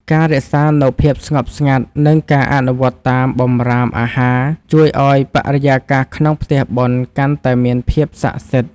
ការរក្សានូវភាពស្ងប់ស្ងៀម និងការអនុវត្តតាមបម្រាមអាហារជួយឱ្យបរិយាកាសក្នុងផ្ទះបុណ្យកាន់តែមានភាពសក្ដិសិទ្ធិ។